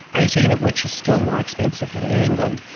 eighteen of which are still more expensive than in england,